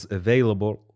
available